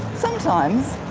sometimes.